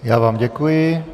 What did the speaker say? Já vám děkuji.